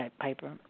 Piper